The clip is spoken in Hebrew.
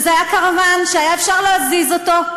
קרוון שאפשר היה להזיז אותו,